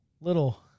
little